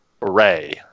Ray